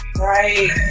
right